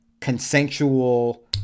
consensual